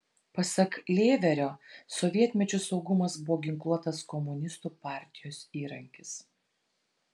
pasak lėverio sovietmečiu saugumas buvo ginkluotas komunistų partijos įrankis